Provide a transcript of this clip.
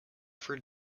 for